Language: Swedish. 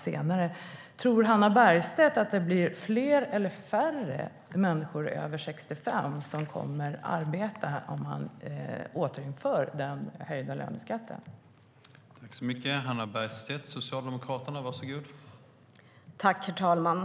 Tror Hannah Bergstedt att det blir fler eller färre människor över 65 år som kommer att arbeta om man återinför den speciella löneskatten för äldre?